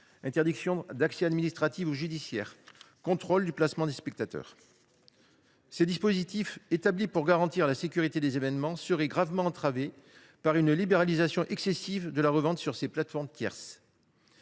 interdictions d’accès administratives ou judiciaires, contrôle du placement des spectateurs, etc. Ces dispositifs, établis pour garantir la sécurité des événements, seraient gravement entravés par une libéralisation excessive de la revente sur des plateformes tierces.